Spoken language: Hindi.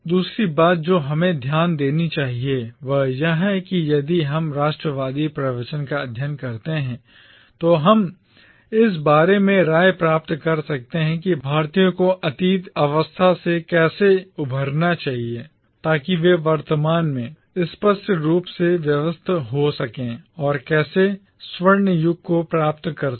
दूसरी बात जो हमें ध्यान देनी चाहिए वह यह है कि यदि हम राष्ट्रवादी प्रवचन का अध्ययन करते हैं तो हम इस बारे में राय प्राप्त कर सकते हैं कि भारतीयों को पतित अवस्था से कैसे उबरना चाहिए ताकि वे वर्तमान में स्पष्ट रूप से स्वस्थ हो सकें और कैसे वे स्वर्ण युग को प्राप्त कर सकें